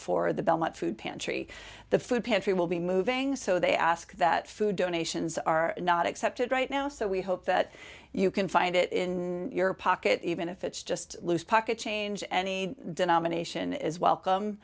for the belmont food pantry the food pantry will be moving so they ask that food donations are not accepted right now so we hope that you can find it in your pocket even if it's just loose pocket change any denomination is welcome